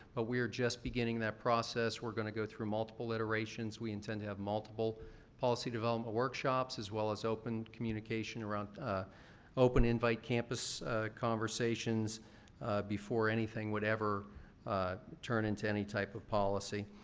ah just beginning that process. we're going to go through multiple iterations. we intend to have multiple policy development workshops as well as open communication around open-invite campus conversations before anything would ever turn into any type of policy.